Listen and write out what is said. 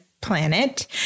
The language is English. planet